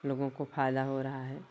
लोगों को फायदा हो रहा है